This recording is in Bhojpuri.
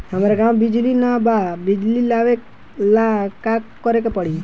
हमरा गॉव बिजली न बा बिजली लाबे ला का करे के पड़ी?